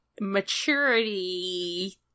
maturity